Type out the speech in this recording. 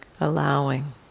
allowing